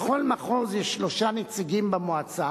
לכל מחוז יש שלושה נציגים במועצה,